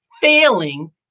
Failing